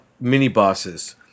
mini-bosses